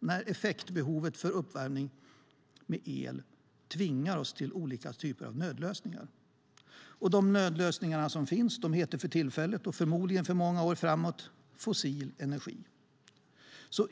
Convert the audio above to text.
när effektbehovet för uppvärmning med el tvingar oss till olika nödlösningar. De nödlösningar som finns heter för tillfället, och förmodligen för många år framåt, fossil energi.